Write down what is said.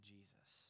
Jesus